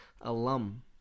alum